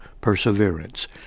perseverance